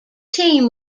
team